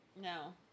No